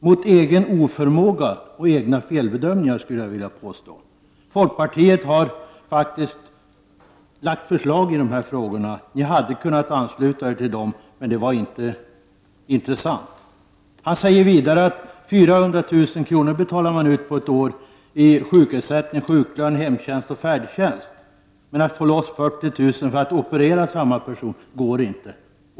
Mot egen oförmåga och egna felbedömningar, skulle jag vilja påstå. Folkpartiet har faktiskt lagt fram förslag i de här frågorna. Ni hade kunnat ansluta er till dem, men det var inte intressant. Han säger vidare att 400 000 kr. betalar man ut på ett år i sjukersättning, sjuklön, hemtjänst och färdtjänst, men att få loss 40 000 för att operera samma person går inte.